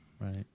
Right